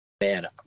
man